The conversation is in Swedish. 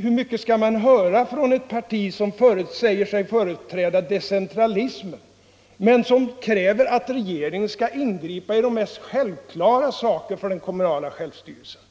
Hur mycket skall man behöva höra från ett parti som säger sig företräda decentralismen, men som kräver att regeringen skall ingripa i de mest självklara saker för den kommunala självstyrelsen?